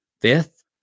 fifth